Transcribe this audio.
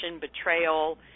betrayal